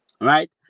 right